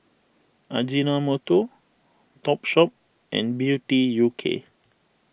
Ajinomoto Topshop and Beauty U K